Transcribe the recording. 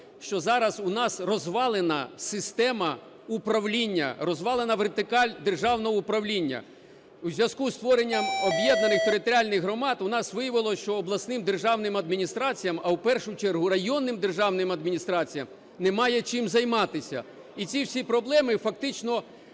що зараз у нас розвалена система управління, розвалена вертикаль державного управління. У зв’язку із створенням об’єднаних територіальних громад, у нас виявилось, що обласним державним адміністраціям, а в першу чергу, районним державним адміністраціям немає чим займатися. І ці всі проблеми фактично автоматично